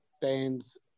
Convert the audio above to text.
bands